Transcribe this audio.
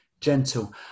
gentle